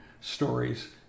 stories